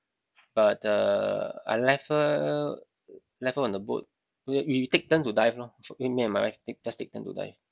but uh I left her left her on the boat we we take turn to dive lor me me and my wife take just turn to dive